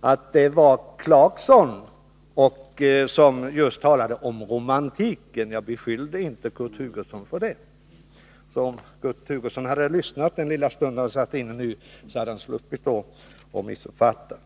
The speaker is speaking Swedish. att det var Rolf Clarkson som talade om romantik. Jag beskyllde inte Kurt Hugosson för det. Om Kurt Hugosson hade lyssnat den korta stund han satt här inne hade han sluppit att missuppfatta.